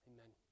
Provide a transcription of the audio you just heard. Amen